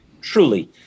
truly